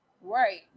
right